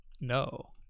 No